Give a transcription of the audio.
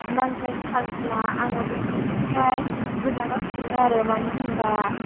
नांज्लायथारब्ला आङो बिसोरनिफ्राय गोजानाव थायो आरो मानो होनबा